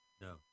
No